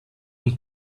und